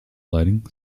lighting